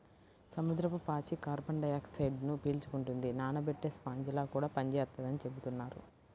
సముద్రపు పాచి కార్బన్ డయాక్సైడ్ను పీల్చుకుంటది, నానబెట్టే స్పాంజిలా కూడా పనిచేత్తదని చెబుతున్నారు